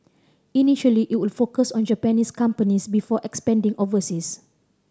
initially it would focus on Japanese companies before expanding overseas